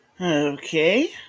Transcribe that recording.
Okay